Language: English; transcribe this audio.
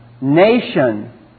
nation